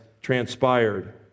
transpired